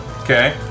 Okay